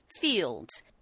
Fields